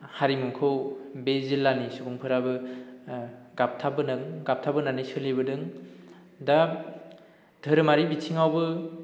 हारिमुखौ बे जिल्लानि सुबुंफोराबो गाबथाबोदों गाबथाबोनानै सोलिबोदों दा धोरोमारि बिथिङावबो